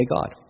God